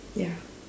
ya